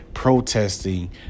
Protesting